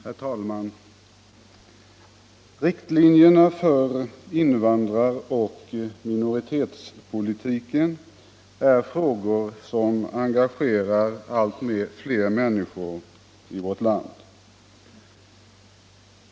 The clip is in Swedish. Herr talman! Riktlinjerna för invandraroch minoritetspolitiken är frågor som engagerar allt fler människor i vårt land.